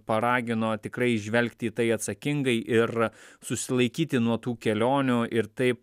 paragino tikrai žvelgti į tai atsakingai ir susilaikyti nuo tų kelionių ir taip